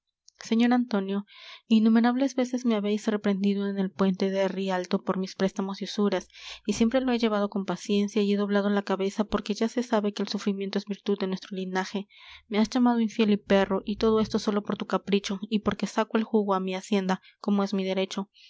señor antonio innumerables veces me habeis reprendido en el puente de rialto por mis préstamos y usuras y siempre lo he llevado con paciencia y he doblado la cabeza porque ya se sabe que el sufrimiento es virtud de nuestro linaje me has llamado infiel y perro y todo esto sólo por tu capricho y porque saco el jugo á mi hacienda como es mi derecho